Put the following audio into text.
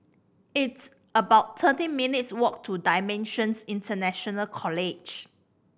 it's about thirteen minutes' walk to Dimensions International College